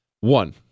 One